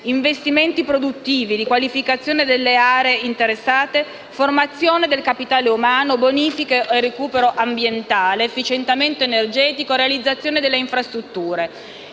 investimenti produttivi, riqualificazione delle aree interessate, formazione del capitale umano, bonifiche e recupero ambientale, efficientamento energetico e realizzazione delle infrastrutture.